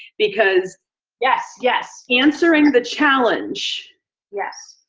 because yes, yes! answering the challenge yes.